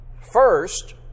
first